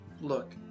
look